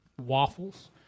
waffles